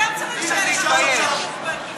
תתבייש.